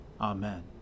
Amen